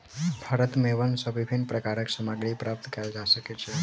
भारत में वन सॅ विभिन्न प्रकारक सामग्री प्राप्त कयल जा सकै छै